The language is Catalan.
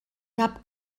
cap